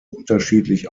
unterschiedlich